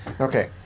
Okay